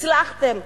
הצלחתם,